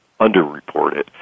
underreported